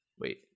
Wait